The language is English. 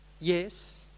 Yes